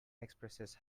expresses